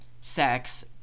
sex